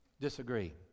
Disagree